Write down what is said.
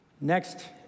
Next